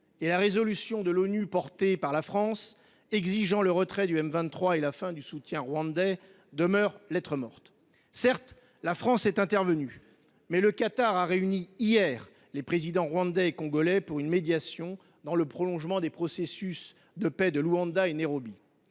et la résolution de l’ONU adoptée sur l’initiative de la France, exigeant le retrait du M23 et la fin du soutien rwandais, demeure lettre morte. La France est certes intervenue, mais, de son côté, le Qatar a réuni hier les présidents rwandais et congolais pour une médiation, dans le prolongement des processus de paix de Luanda et de Nairobi.